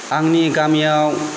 आंनि गामियाव